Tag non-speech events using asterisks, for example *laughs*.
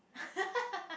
*laughs*